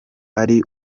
ari